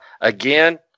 again